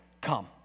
come